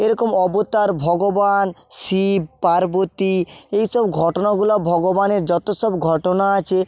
এরকম অবতার ভগবান শিব পার্বতী এইসব ঘটনাগুলো ভগবানের যত সব ঘটনা আছে